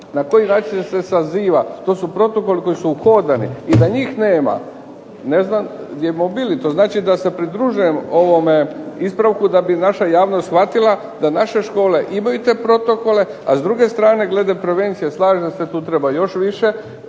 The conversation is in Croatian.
na koji način se saziva. To su protokoli koji su uhodani i da njih nema ne znam gdje bismo bili. To znači da se pridružujem ovom ispravku da bi naša javnost shvatila da naše škole imaju te protokole. A s druge strane glede prevencije, slažem se tu treba još više,